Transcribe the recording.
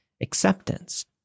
acceptance